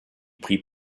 prit